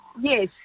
Yes